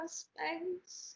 space